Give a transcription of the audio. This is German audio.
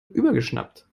übergeschnappt